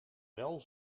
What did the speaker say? wel